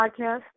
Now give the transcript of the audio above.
podcast